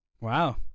wow